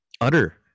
utter